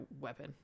weapon